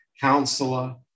counselor